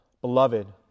Beloved